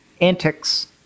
antics